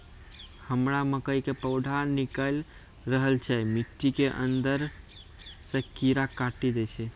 हमरा मकई के पौधा निकैल रहल छै मिट्टी के अंदरे से कीड़ा काटी दै छै?